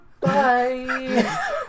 Bye